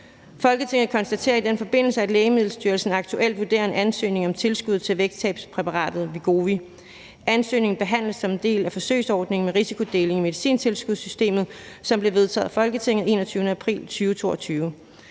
Folketinget konstaterer i den forbindelse, at Lægemiddelstyrelsen aktuelt vurderer en ansøgning om tilskud til vægttabspræparatet Wegovy. Ansøgningen behandles som en del af forsøgsordningen med risikodeling i medicintilskudssystemet, som blev vedtaget af Folketinget den 21. april 2022.